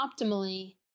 optimally